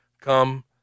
Come